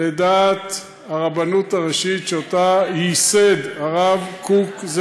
דבר אחרון אני אומר לחבר הכנסת הרב מוזס.